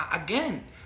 again